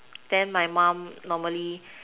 then my mum normally